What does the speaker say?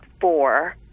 four